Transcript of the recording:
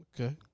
Okay